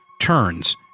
turns